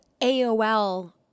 AOL